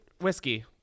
whiskey